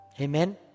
Amen